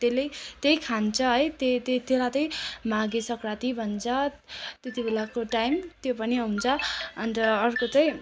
त्यसले त्यही खान्छ है त्यही त्यही त्यसलाई त्यही माघे सङ्क्रान्ति भन्छ त्यति बेलाको टाइम त्यो पनि हुन्छ अन्त अर्को चाहिँ